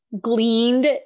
gleaned